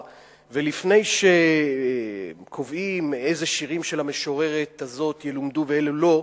ולפני שקובעים אילו שירים של המשוררת הזאת ילמדו ואילו לא,